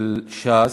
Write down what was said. של ש"ס: